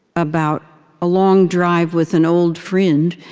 about a long drive with an old friend,